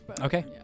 Okay